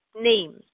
names